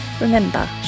Remember